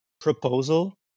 proposal